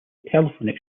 telephone